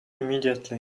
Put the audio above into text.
immediately